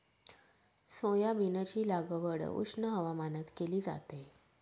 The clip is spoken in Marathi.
सोयाबीनची लागवड उष्ण हवामानात केली जाते